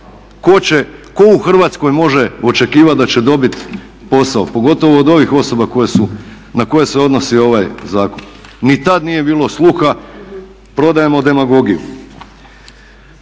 Tko u Hrvatskoj može očekivati da će dobiti posao, pogotovo od ovih osoba na koje se odnosi ovaj zakon? ni tada nije bilo sluha, prodajemo demagogiju.